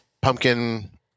pumpkin